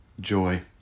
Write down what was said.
joy